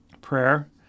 prayer